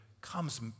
comes